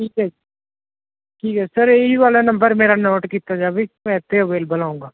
ਠੀਕ ਹੈ ਜੀ ਠੀਕ ਹੈ ਸਰ ਇਹ ਹੀ ਵਾਲਾ ਨੰਬਰ ਮੇਰਾ ਨੋਟ ਕੀਤਾ ਜਾਵੇ ਜੀ ਮੈਂ ਇਹ 'ਤੇ ਅਵੇਲੇਵਲ ਹੋਉਂਗਾ